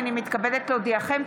הינני מתכבדת להודיעכם,